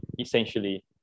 Essentially